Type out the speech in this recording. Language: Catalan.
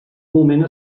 moment